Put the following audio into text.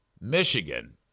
Michigan